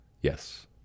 Yes